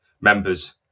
members